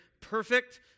perfect